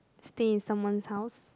stay in someone's house